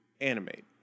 animate